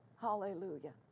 Hallelujah